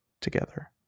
together